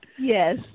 Yes